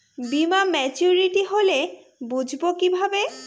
বীমা মাচুরিটি হলে বুঝবো কিভাবে?